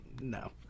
No